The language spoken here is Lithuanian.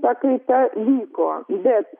pakaita vyko bet